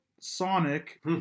Sonic